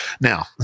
now